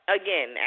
again